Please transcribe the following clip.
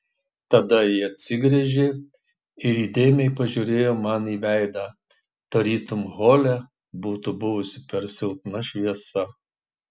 tada ji atsigręžė ir įdėmiai pažiūrėjo man į veidą tarytum hole būtų buvusi per silpna šviesa